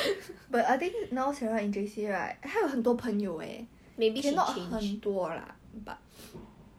but I I feel like I don't know where is adele now leh is she in poly or J_C